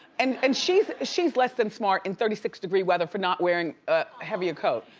and and she's she's less than smart in thirty six degree weather for not wearing a heavier coat.